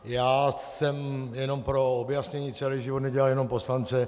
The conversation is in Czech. Já jsem, jenom pro objasnění, celý život nedělal jenom poslance.